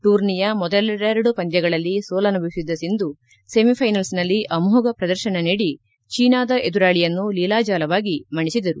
ಟೂರ್ನಿಯ ಮೊದಲೆರಡು ಪಂದ್ಯಗಳಲ್ಲಿ ಸೋಲನುಭವಿಸಿದ ಸಿಂಧು ಸೆಮಿಫೈನಲ್ಸ್ನಲ್ಲಿ ಅಮೋಘ ಪ್ರದರ್ಶನ ನೀಡಿ ಚೀನಾದ ಎದುರಾಳಿಯನ್ನು ಲೀಲಾಜಾಲವಾಗಿ ಮಣಿಸಿದರು